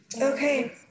okay